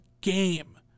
game